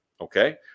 Okay